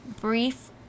brief